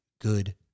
good